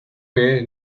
way